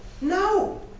No